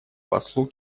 послу